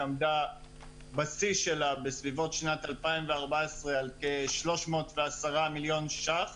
שעמדה בשיא שלה בסביבות שנת 2014 על כ-310 מיליון ש"ח.